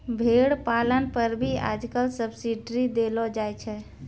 भेड़ पालन पर भी आजकल सब्सीडी देलो जाय छै